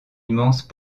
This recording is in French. immense